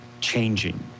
changing